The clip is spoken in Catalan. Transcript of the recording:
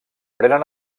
prenen